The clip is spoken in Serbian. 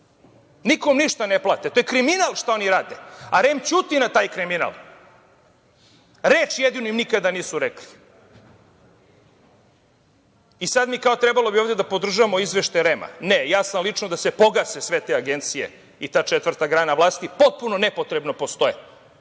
Nikom ništa ne plate. To je kriminal šta oni rade, a REM ćuti na taj kriminal. Reč jedinu im nikada nisu rekli. Sada bi mi kao trebalo da podržimo Izveštaj REM-a? Ne, ja sam, lično, da se pogase sve te agencije i ta četvrta grana vlasti. Potpuno nepotrebno postoje. Nikada